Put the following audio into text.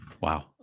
Wow